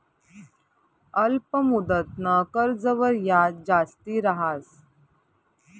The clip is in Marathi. अल्प मुदतनं कर्जवर याज जास्ती रहास